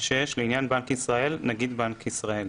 (6)לעניין בנק ישראל, נגיד בנק ישראל,